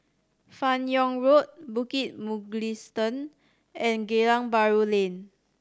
Fan Yoong Road Bukit Mugliston and Geylang Bahru Lane